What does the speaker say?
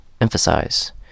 emphasize